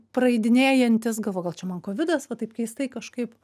praeidinėjantis galvojau gal čia man kovidas va taip keistai kažkaip